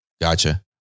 Gotcha